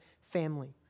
family